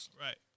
Right